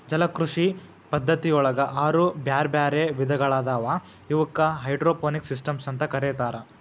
ಜಲಕೃಷಿ ಪದ್ಧತಿಯೊಳಗ ಆರು ಬ್ಯಾರ್ಬ್ಯಾರೇ ವಿಧಗಳಾದವು ಇವಕ್ಕ ಹೈಡ್ರೋಪೋನಿಕ್ಸ್ ಸಿಸ್ಟಮ್ಸ್ ಅಂತ ಕರೇತಾರ